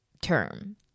term